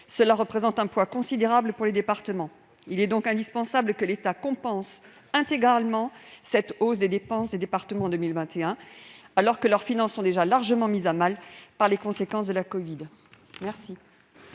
Cela représente un poids considérable pour les départements. Il est donc indispensable que l'État compense intégralement cette hausse des dépenses des départements en 2021, alors que les finances de ces derniers sont déjà largement mises à mal par les conséquences du covid-19.